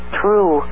true